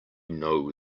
know